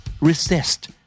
Resist